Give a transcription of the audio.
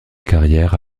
carrière